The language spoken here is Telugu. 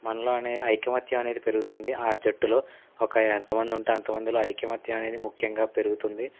మనలోనే ఐకమత్యం అనేది పెరుగుతుంది ఆ జట్టులో ఒక ఎంతమంది ఉంటే అంతమందిలో ఐకమత్యమనేది ముఖ్యంగా పెరుగుతుంది